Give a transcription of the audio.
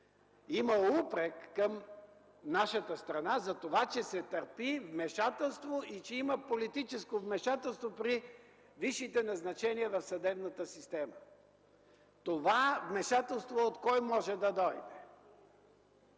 Има упрек към нашата страна затова, че се търпи вмешателство и че има политическо вмешателство при висшите назначения в съдебната система. Това вмешателство от кой може да дойде?